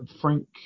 Frank